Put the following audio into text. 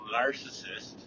narcissist